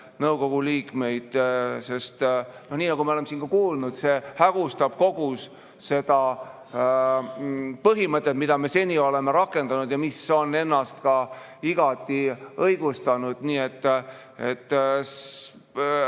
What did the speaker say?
nõukogu liikmeid. Sest, nii nagu me oleme siin juba kuulnud, see hägustab kogu seda põhimõtet, mida me seni oleme rakendanud ja mis on ennast igati õigustanud. Nii et